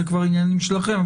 זה כבר עניינים שלכם,